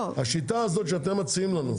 השיטה הזאת שאתם מציעים לנו,